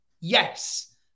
yes